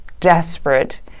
desperate